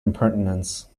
impertinence